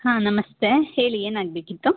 ಹಾಂ ನಮಸ್ತೆ ಹೇಳಿ ಏನಾಗಬೇಕಿತ್ತು